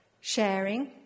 sharing